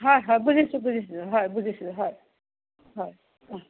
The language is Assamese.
হয় হয় বুজিছোঁ বুজিছোঁ হয় বুজিছোঁ হয় হয় অ